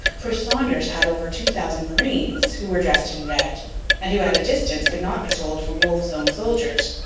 for saunders had over two thousand marines, who were dressed in red and who at a distance could not be told from wolfe's own soldiers.